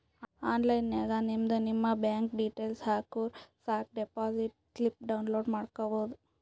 online ನಾಗ್ ನಿಮ್ದು ನಿಮ್ ಬ್ಯಾಂಕ್ ಡೀಟೇಲ್ಸ್ ಹಾಕುರ್ ಸಾಕ್ ಡೆಪೋಸಿಟ್ ಸ್ಲಿಪ್ ಡೌನ್ಲೋಡ್ ಮಾಡ್ಕೋಬೋದು